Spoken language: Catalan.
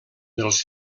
dels